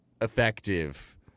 effective